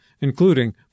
including